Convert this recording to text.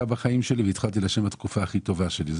בחיים שלי והתחלתי לעשן בתקופה הכי טובה שלי.